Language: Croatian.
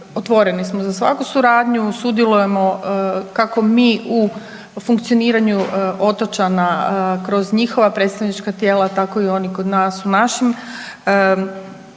otvoreni smo za svaku suradnju, sudjelujemo kako mi u funkcioniranju otočana kroz njihova predstavnička tijela tako i oni kod nas u našim